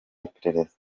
iperereza